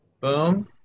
Boom